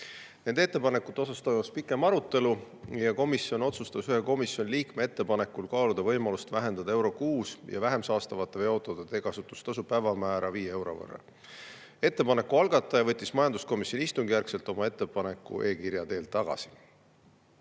Nende ettepanekute üle toimus pikem arutelu. Komisjon otsustas ühe komisjoni liikme ettepanekul kaaluda võimalust vähendada EURO VI ja vähem saastavate veoautode teekasutustasu päevamäära 5 euro võrra. Ettepaneku algataja võttis majanduskomisjoni istungi järgselt oma ettepaneku e-kirja teel tagasi.